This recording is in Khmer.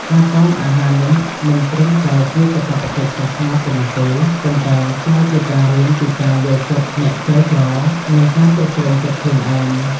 ការតមអាហារនេះមិនត្រឹមតែជាកាតព្វកិច្ចសាសនាប៉ុណ្ណោះទេ ប៉ុន្តែក៏ជាការរៀនពីការយល់ចិត្តអ្នកក្រីក្រ និងការគ្រប់គ្រងចិត្តខ្លួនឯង។